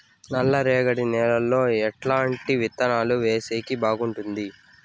నల్లరేగడి నేలలో ఎట్లాంటి విత్తనాలు వేసేకి బాగుంటుంది?